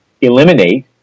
eliminate